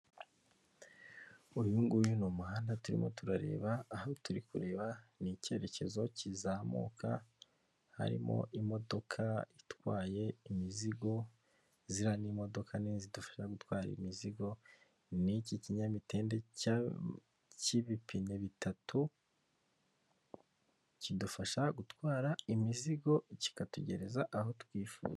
Uyu nguyu ni umuhanda turimo turareba aho turi kureba ni icyerekezo kizamuka harimo imodoka itwaye imizigo, ziriya ni imodoka ni zidufasha gutwara imizigo, niki kinyamitende cyama cy'ibipine, bitatu kidufasha gutwara imizigo kikatutegereza aho twifuza.